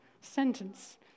sentence